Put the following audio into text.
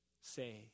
say